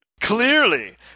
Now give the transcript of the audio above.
Clearly